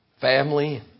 family